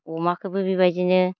अमाखोबो बेबायदिनो